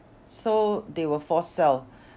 so they will force sell